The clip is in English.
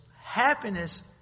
Happiness